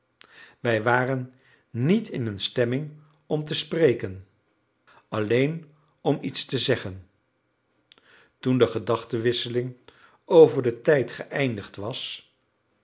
wij waren niet in een stemming om te spreken alleen om iets te zeggen toen de gedachtewisseling over den tijd geëindigd was